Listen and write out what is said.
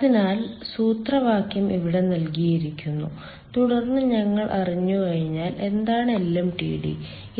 അതിനാൽ സൂത്രവാക്യം ഇവിടെ നൽകിയിരിക്കുന്നു തുടർന്ന് ഞങ്ങൾ അറിഞ്ഞുകഴിഞ്ഞാൽ എന്താണ് LMTD